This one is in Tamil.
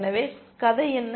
எனவே கதை என்ன